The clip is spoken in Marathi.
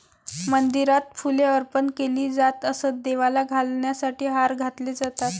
मंदिरात फुले अर्पण केली जात असत, देवाला घालण्यासाठी हार घातले जातात